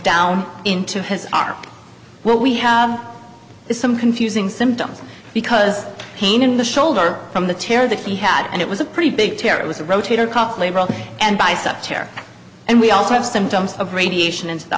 down into his are we have some confusing symptoms because pain in the shoulder from the tear that he had and it was a pretty big tear it was a rotator cuff labor and bicep tear and we also have symptoms of radiation and the